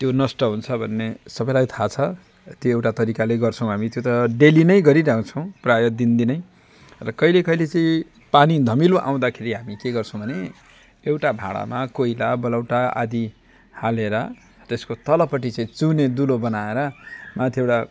त्यो नष्ट हुन्छ भन्ने सबैलाई थाह छ त्यो एउटा तरिकाले गर्छौँ हामी त्यो त डेली नै गरिरहन्छौँ प्राय दिनदिनै र कहिले कहिले चाहिँ पानी धमिलो आउँदाखेरि हामी के गर्छौँ भने एउटा भाडामा कोइला बलौटा आदि हालेर त्यसको तलपट्टि चाहिँ चुने दुलो बनाएर माथिबाट